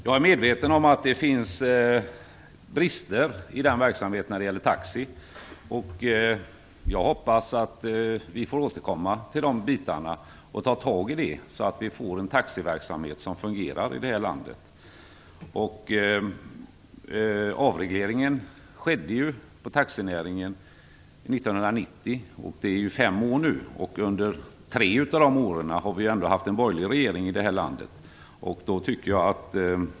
Jag är medveten om att det finns brister i taxiverksamheten. Jag hoppas att vi får återkomma till de bitarna och ta tag i dem, så att vi får en taxiverksamhet som fungerar i det här landet. Avregleringen av taxinäringen skedde 1990. Det är fem år sedan, och under tre av de åren hade vi en borgerlig regering i det här landet.